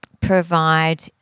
provide